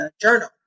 Journal